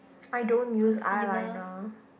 I don't use eyeliner